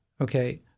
Okay